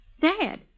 Dad